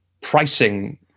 pricing